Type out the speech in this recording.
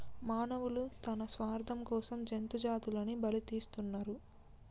మానవులు తన స్వార్థం కోసం జంతు జాతులని బలితీస్తున్నరు